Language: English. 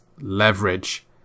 leverage